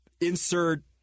Insert